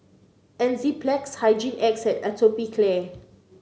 Enzyplex Hygin X and Atopiclair